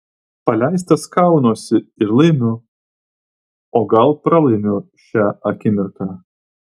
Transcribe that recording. paleistas kaunuosi ir laimiu o gal pralaimiu šią akimirką